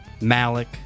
malik